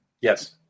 Yes